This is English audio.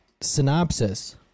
synopsis